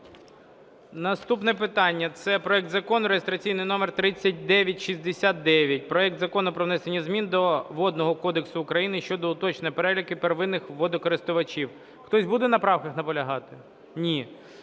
Наступне питання – це проект Закону реєстраційний номер 3969, проект Закону про внесення змін до Водного кодексу України щодо уточнення переліку первинних водокористувачів. Хтось буде на правках наполягати? Ні.